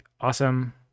awesome